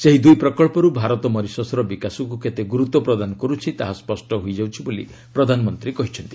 ସେହି ଦୁଇ ପ୍ରକଳ୍ପର୍ ଭାରତ ମରିସସ୍ର ବିକାଶକୁ କେତେ ଗୁରୁତ୍ୱପ୍ରଦାନ କରୁଛି ତାହା ସ୍ୱଷ୍ଟ ହୋଇଯାଉଛି ବୋଲି ପ୍ରଧାନମନ୍ତ୍ରୀ କହିଛନ୍ତି